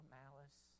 malice